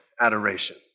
adoration